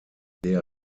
der